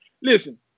Listen